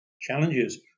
Challenges